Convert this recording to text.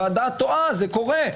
ועדה טועה, זה קורה.